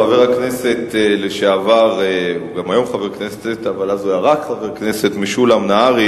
חבר הכנסת פלסנר, אני קוראת אותך לסדר פעם ראשונה.